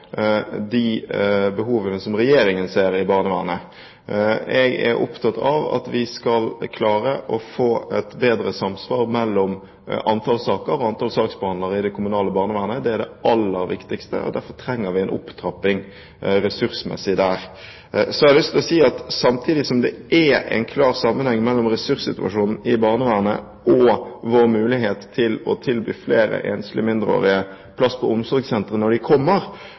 de behovene som Regjeringen ser i barnevernet. Jeg er opptatt av at vi skal klare å få et bedre samsvar mellom antall saker og antall saksbehandlere i det kommunale barnevernet. Det er det aller viktigste. Derfor trenger vi en opptrapping ressursmessig der. Så har jeg lyst til å si at samtidig som det er en klar sammenheng mellom ressurssituasjonen i barnevernet og vår mulighet til å tilby flere enslige mindreårige plass på omsorgssentre, når de kommer